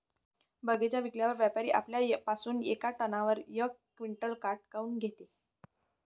बगीचा विकल्यावर व्यापारी आपल्या पासुन येका टनावर यक क्विंटल काट काऊन घेते?